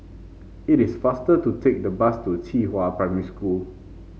it is faster to take the bus to Qihua Primary School